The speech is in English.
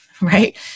right